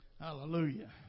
Hallelujah